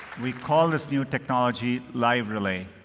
we call this new technology live relay.